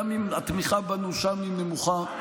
גם אם התמיכה בנו שם היא נמוכה,